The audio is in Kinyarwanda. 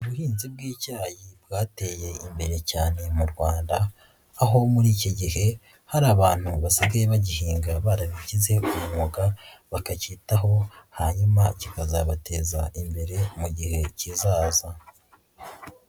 Ubuhinzi bw'icyayi bwateye imbere cyane mu Rwanda, aho muri iki gihe hari abantu basigaye bagihinga barabigize umwuga, bakacyitaho hanyuma, hanyuma kikazabateza imbere mu gihe kizaza.